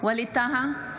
ווליד טאהא,